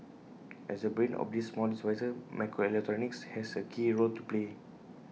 as the brain of these small microelectronics has A key role to play